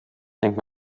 denkt